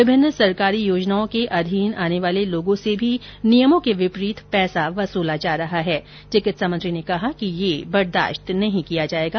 विभिन्न सरकारी योजनाओं के अधीन आने वाले लोगों से भी नियमों के विपरीत पैसा वसूला जा रहा है चिकित्सा मंत्री ने कहा कि ये बर्दाश्त नहीं किया जाएगा